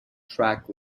track